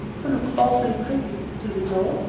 you look awfully pretty, do you know?